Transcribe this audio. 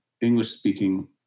English-speaking